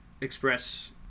express